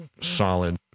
solid